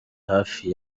hafi